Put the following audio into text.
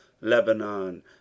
Lebanon